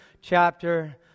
chapter